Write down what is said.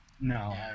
No